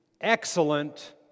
excellent